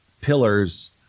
pillars